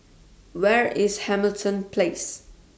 Where IS Hamilton Place